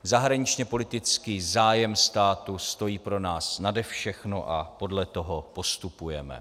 Zahraničněpolitický zájem státu stojí pro nás nade všechno a podle toho postupujeme.